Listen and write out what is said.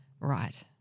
Right